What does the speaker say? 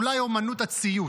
אולי אומנות הציוץ,